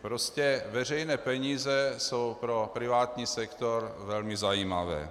Prostě veřejné peníze jsou pro privátní sektor velmi zajímavé.